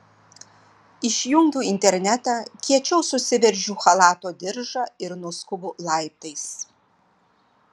išjungiu internetą kiečiau susiveržiu chalato diržą ir nuskubu laiptais